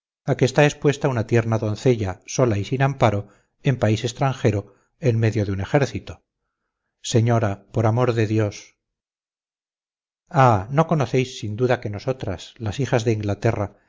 a que está expuesta una tierna doncella sola y sin amparo en país extranjero en medio de un ejército señora por amor de dios ah no conocéis sin duda que nosotras las hijas de inglaterra